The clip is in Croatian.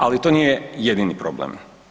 Ali to nije jedini problem.